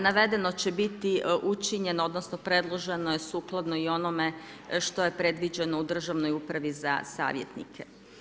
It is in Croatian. Navedeno će biti učinjeno, odnosno predloženo je sukladno i onome što je predviđeno u državnoj upravi za savjetnike.